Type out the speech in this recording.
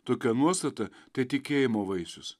tokia nuostata tai tikėjimo vaisius